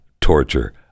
torture